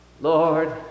Lord